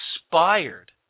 expired